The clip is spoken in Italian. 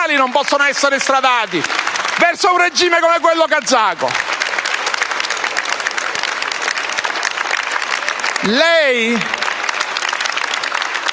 non possono essere estradati verso un regime come quello kazako!